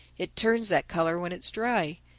it turns that color when it's dry.